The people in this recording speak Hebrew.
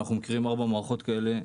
מכיר ארבע מערכות כאלה,